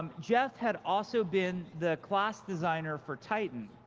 um geoff had also been the class designer for titan.